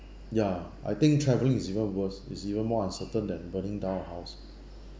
ya I think travelling is even worst it's even more uncertain than burning down a house